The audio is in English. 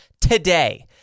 today